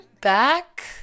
back